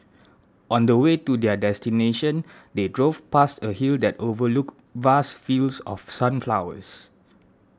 on the way to their destination they drove past a hill that overlooked vast fields of sunflowers